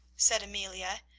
said amelia,